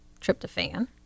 tryptophan